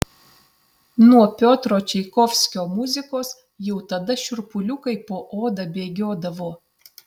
nuo piotro čaikovskio muzikos jau tada šiurpuliukai po oda bėgiodavo